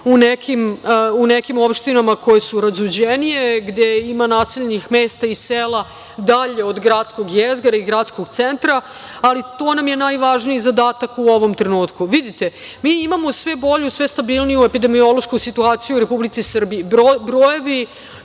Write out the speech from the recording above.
u nekim opštinama koje su razuđenije, gde ima naseljenih mesta i sela dalje od gradskog jezgra, od gradskog centra, ali to nam je najvažniji zadatak u ovom trenutku. Vidite, mi imamo sve bolju, sve stabilniju epidemiološku situaciju u Republici Srbiji. Brojevi